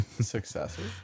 Successors